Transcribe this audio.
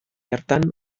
hartan